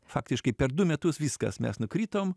faktiškai per du metus viskas mes nukritom